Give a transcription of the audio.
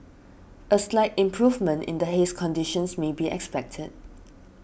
a slight improvement in the haze conditions may be expected